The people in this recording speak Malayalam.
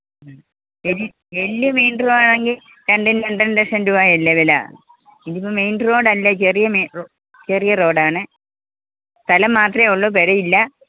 വൽ വലിയ മെയിന് റോഡാണെങ്കിൽ രണ്ടും രണ്ടര ലക്ഷം രൂപയല്ലെ വില ഇതിപ്പം മെയിന് റോഡല്ല ചെറിയ മെയിന് റൊ ചെറിയ റോഡാണ് സ്ഥലം മാത്രേയുള്ളൂ പെരയില്ല